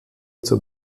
zum